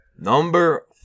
Number